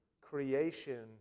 creation